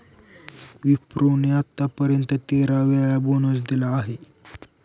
विप्रो ने आत्तापर्यंत तेरा वेळा बोनस दिला आहे